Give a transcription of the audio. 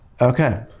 Okay